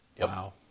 Wow